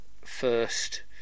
first